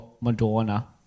Madonna